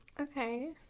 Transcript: Okay